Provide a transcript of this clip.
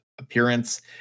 Appearance